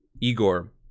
Igor